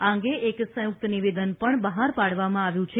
આ અંગે એક સંયુક્ત નિવેદન પણ બહાર પાડવામાં આવ્યું છે